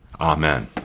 Amen